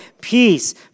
peace